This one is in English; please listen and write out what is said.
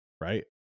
Right